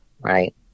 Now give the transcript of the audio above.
right